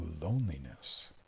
loneliness